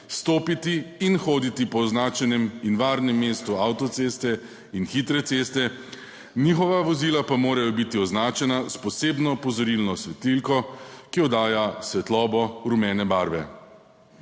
stopiti in hoditi po označenem in varnem mestu avtoceste in hitre ceste, njihova vozila pa morajo biti označena s posebno opozorilno svetilko, ki oddaja svetlobo rumene barve.